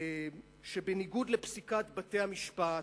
שבניגוד לפסיקת בתי-המשפט,